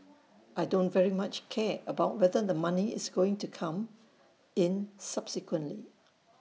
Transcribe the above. I don't very much care about whether the money is going to come in subsequently